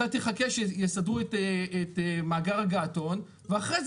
אתה תחכה שיסדרו את מאגר הגעתון ואחרי זה